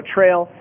Trail